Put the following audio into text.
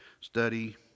study